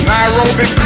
Nairobi